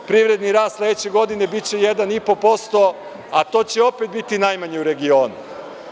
Privredni rast sledeće godine biće 1,5%, a to će opet biti najmanje u regionu.